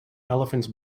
elephants